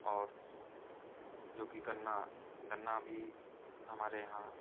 और जोकि गन्ना गन्ना भी हमारे यहाँ